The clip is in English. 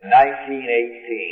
1918